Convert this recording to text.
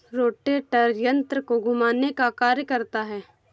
rotator यन्त्र को घुमाने का कार्य करता है